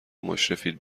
مشرفید